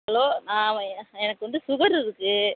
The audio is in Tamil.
ஹலோ எனக்கு வந்து சுகரு இருக்குது